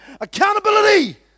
Accountability